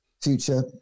future